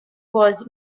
was